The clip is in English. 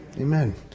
Amen